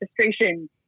registration